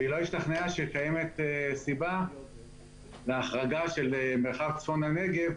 והיא לא השתכנעה שקיימת סיבה להחרגה של מרחב צפון הנגב,